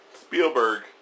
Spielberg